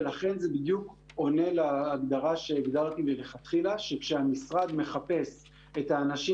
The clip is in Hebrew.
ולכן זה בדיוק עונה להגדרה שהגדרתי מלכתחילה שכשהמשרד מחפש את האנשים